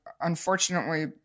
unfortunately